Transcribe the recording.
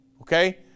okay